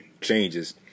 changes